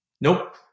Nope